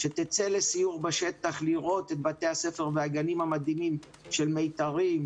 שתצא לסיור בשטח לראות את בתי-הספר והגנים המדהימים של "מיתרים",